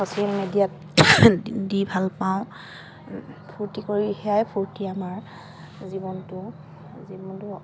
social মিডিয়াত দি ভাল পাওঁ ফূৰ্তি কৰি সেয়াই ফূৰ্তি আমাৰ জীৱনটো জীৱনটো